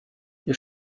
you